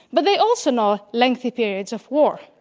but they also know lengthy periods of war.